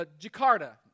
Jakarta